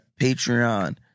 Patreon